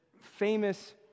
famous